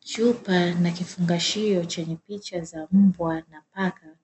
Chupa na kifungashio chenye picha za mbwa na paka